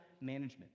Management